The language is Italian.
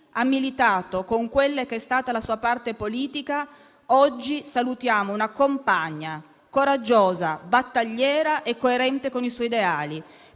ha militato con quella che è stata la sua parte politica, oggi salutiamo una compagna coraggiosa, battagliera e coerente con i suoi ideali.